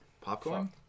popcorn